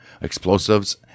explosives